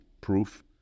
proof